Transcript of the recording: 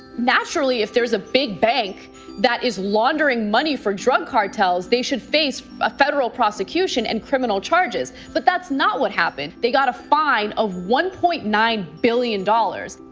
naturally, if there is a big bank that is laundering money for drug cartels, they should face a federal prosecution and criminal charges but that's not what happened. they got a fine of one point nine billion dollars!